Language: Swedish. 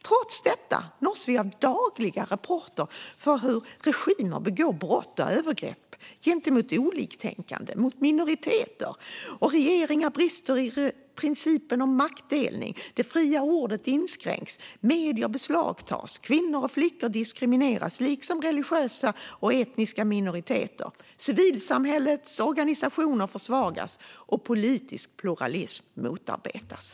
Trots detta nås vi av dagliga rapporter om hur regimer begår brott och övergrepp gentemot oliktänkande och minoriteter, om hur regeringar brister i principen om maktdelning, om hur det fria ordet inskränks och medier beslagtas, om hur kvinnor och flickor diskrimineras - liksom religiösa och etniska minoriteter - och om hur civilsamhällets organisationer försvagas och politisk pluralism motarbetas.